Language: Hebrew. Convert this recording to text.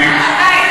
בעד.